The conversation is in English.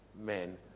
men